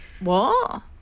What